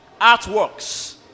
artworks